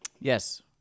Yes